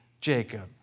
Jacob